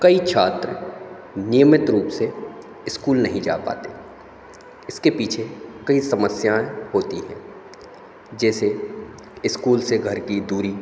कई छात्र नियमित रूप से इस्कूल नहीं जा पाते इसके पीछे कई समस्याएँ होती हैं जैसे इस्कूल से घर की दूरी